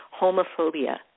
homophobia